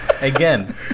Again